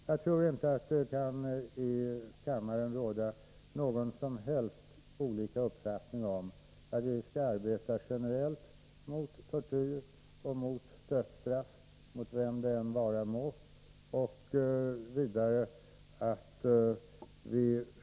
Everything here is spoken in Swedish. Jag tror inte att det i denna kammare kan finnas några som helst olika uppfattningar om att vi skall arbeta generellt mot tortyr och mot dödsstraff, oberoende av vem som hotas av det.